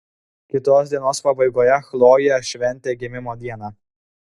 kitos dienos pabaigoje chlojė šventė gimimo dieną